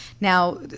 Now